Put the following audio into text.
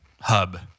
hub